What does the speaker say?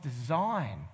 design